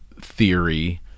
theory